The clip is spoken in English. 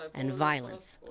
and violence,